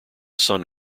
sun